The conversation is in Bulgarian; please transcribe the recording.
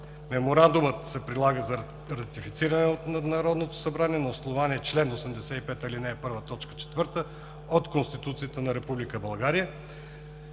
Меморандумът се предлага за ратифициране от Народното събрание на основание чл. 85, ал. 1, т. 4 от Конституцията на